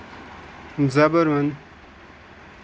زَبروَن